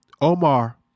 Omar